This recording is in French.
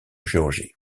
géorgie